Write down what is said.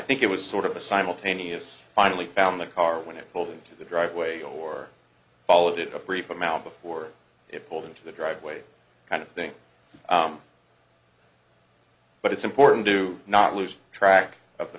think it was sort of a simultaneous finally found the car when it pulled into the driveway or followed it up brief amount before it pulled into the driveway kind of thing but it's important do not lose track of the